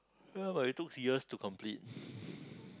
ya but it took years to complete